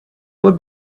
would